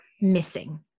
missing